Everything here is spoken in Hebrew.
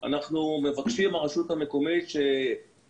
אנחנו מבקשים ממנה שהיזם,